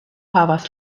havas